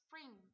spring